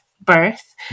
birth